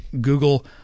Google